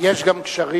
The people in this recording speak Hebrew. יש גם גשרים.